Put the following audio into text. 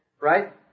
Right